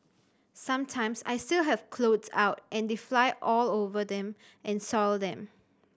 sometimes I still have clothes out and they fly all over them and soil them